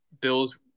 Bill's